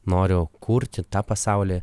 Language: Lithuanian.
noriu kurti tą pasaulį